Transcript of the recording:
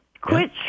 quit